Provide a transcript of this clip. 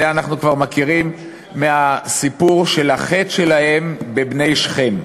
את זה אנחנו כבר מכירים מהסיפור של החטא שלהם בבני שכם,